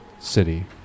city